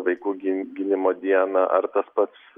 vaikų gi gynimo dieną ar tas pats